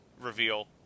reveal